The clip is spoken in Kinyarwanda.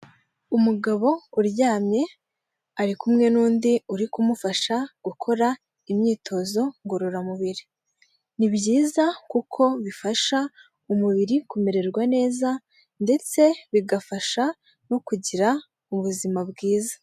Umugabo uryamye ari kumwe n'undi uri kumufasha gukora imyitozo ngororamubiri, ni byiza kuko bifasha umubiri kumererwa neza ndetse bigafasha no kugira ubuzima bwiza.